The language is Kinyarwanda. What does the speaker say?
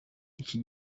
iki